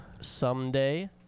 someday